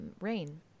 Rain